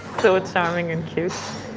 so charming and cute.